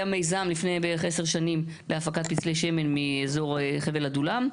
היה מיזם לפני בערך 10 שנים להפקת פצלי שמן מאזור חבל עדולם.